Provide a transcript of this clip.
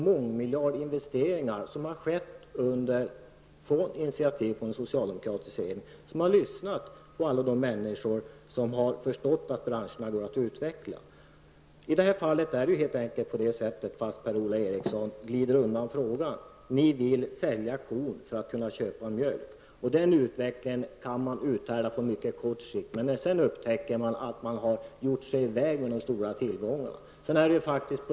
Mångmiljardinvesteringar har kommit till efter initiativ från den socialdemokratiska regeringen, som har lyssnat på alla de människor som har förstått att branscherna går att utveckla. Även om Per-Ola Eriksson glider undan frågan är det faktiskt så att ni vill sälja kon för att kunna köpa mjölk. En sådan utveckling kan man uthärda på mycket kort sikt, men sedan upptäcker man att man har gjort sig av med de stora tillgångarna.